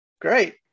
Great